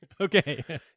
Okay